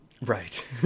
Right